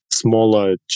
smaller